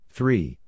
Three